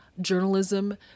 Journalism